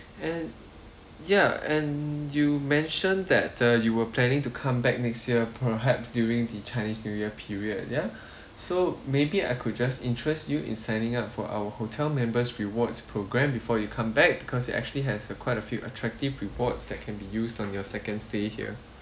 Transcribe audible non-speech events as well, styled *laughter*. and ya and you mention that uh you were planning to come back next year perhaps during the chinese new year period ya *breath* so maybe I could just interest you in signing up for our hotel members rewards program before you come back because it actually has uh quite a few attractive rewards that can be used on your second stay here